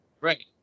Right